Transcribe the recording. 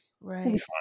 Right